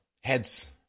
heads